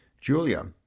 Julia